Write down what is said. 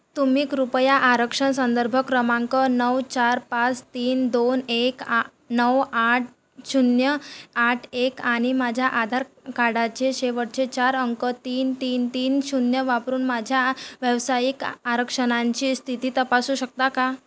तुम्ही कृपया आरक्षण संदर्भ क्रमांक नऊ चार पाच तीन दोन एक आ नऊ आठ शून्य आठ एक आणि माझ्या आधार कार्डाचे शेवटचे चार अंक तीन तीन तीन शून्य वापरून माझ्या व्यावसायिक आरक्षणांची स्थिती तपासू शकता का